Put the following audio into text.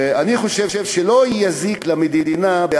ואני חושב שלא יזיק למדינה אם